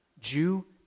Jew